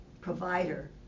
provider